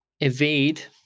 evade